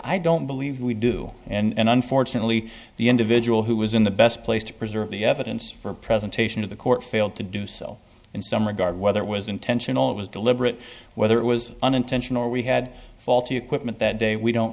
i don't believe we do and unfortunately the individual who was in the best place to preserve the evidence for presentation to the court failed to do so in some regard whether it was intentional it was deliberate whether it was unintentional we had faulty equipment that day we don't